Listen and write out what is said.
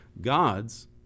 God's